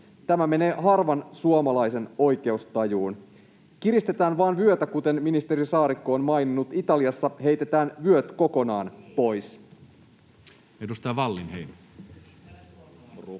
Tämä menee harvan suomalaisen oikeustajuun. Kiristetään vain vyötä, kuten ministeri Saarikko on maininnut. Italiassa heitetään vyöt kokonaan pois. [Speech